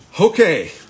Okay